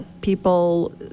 people